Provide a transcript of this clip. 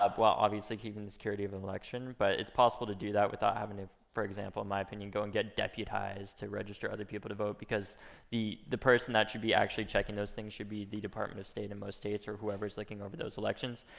well, obviously, keeping the security of an election, but it's possible to do that without having to, for example, in my opinion, go and get deputized to register other people to vote, because the the person that should be actually checking those things should be the department of state in most states, or whoever's looking over those elections.